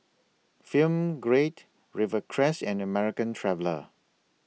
Film Grade Rivercrest and American Traveller